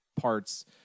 parts